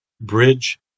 bridge